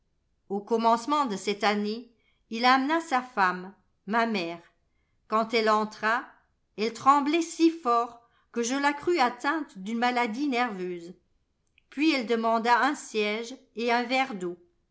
au commencement de cette année il amena sa femme ma mère quand elle entra elle tremblait si fort que je la crus atteinte d'une maladie nerveuse puis elle demanda un siège et un verre d'eau